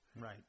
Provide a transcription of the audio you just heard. Right